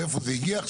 מאיפה זה הגיע,